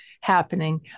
happening